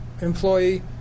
employee